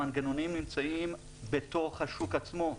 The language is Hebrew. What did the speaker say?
המנגנונים נמצאים בתוך השוק עצמו,